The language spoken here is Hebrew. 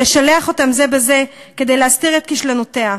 לשלח אותם זה בזה כדי להסתיר את כישלונותיה,